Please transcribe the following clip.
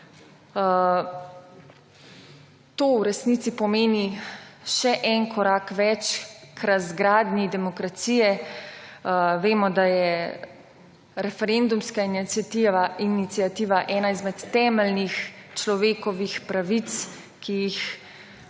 To v resnici pomeni še en korak več k razgradnji demokracije. Vemo, da je referendumska iniciativa ena izmed temeljnih človekovih pravic, ki jih